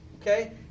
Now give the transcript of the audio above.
Okay